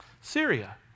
Syria